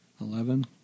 Eleven